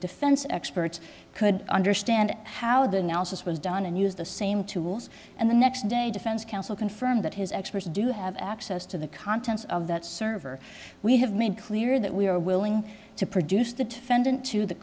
defense experts could understand how the analysis was done and use the same tools and the next day defense counsel confirmed that his experts do have access to the contents of that server we have made clear that we are willing to produce the defendant to the